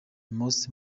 most